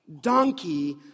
Donkey